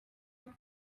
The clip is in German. takt